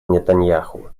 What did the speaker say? нетаньяху